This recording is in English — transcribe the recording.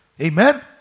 Amen